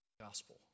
gospel